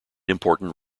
important